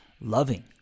loving